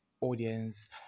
audience